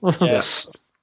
Yes